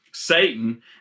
Satan